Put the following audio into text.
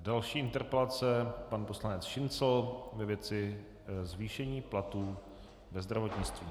Další interpelace pan poslanec Šincl ve věci zvýšení platů ve zdravotnictví.